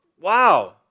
wow